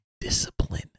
Discipline